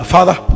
Father